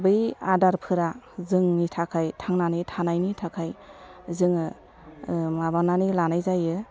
बै आदारफोरा जोंनि थाखाय थांनानै थानायनि थाखाय जोङो माबानानै लानाय जायो